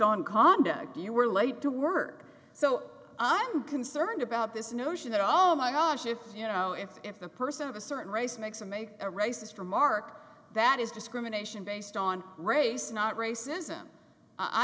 on conduct you were late to work so i'm concerned about this notion that oh my gosh if you know if if the person of a certain race makes a make a racist remark that is discrimination based on race not racism i